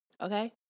okay